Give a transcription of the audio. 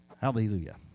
Hallelujah